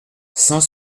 cent